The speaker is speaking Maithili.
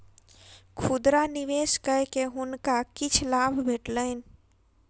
खुदरा निवेश कय के हुनका किछ लाभ भेटलैन